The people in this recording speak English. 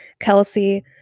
Kelsey